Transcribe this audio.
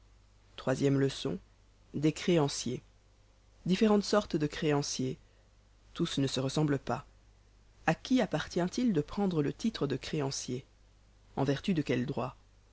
troisième leçon des créanciers différentes sortes de créanciers tous ne se ressemblent pas a qui appartient-il de prendre le titre de créancier en vertu de quels droits